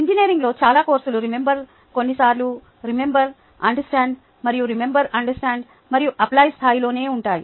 ఇంజనీరింగ్లోని చాలా కోర్సులు రిమెంబర్ కొన్నిసార్లు రిమెంబర్ అండర్స్టాండ్ మరియు రిమెంబర్ అండర్స్టాండ్ మరియు అప్లై స్థాయిలోనే ఉన్నాయి